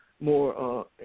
more